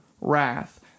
wrath